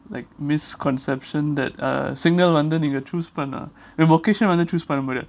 like misconception that uh signal வந்து நீங்க:vandhu neenga choose பண்ண:panna your vocation வந்து:vandhu choose பண்ண முடியாது:panna mudiathu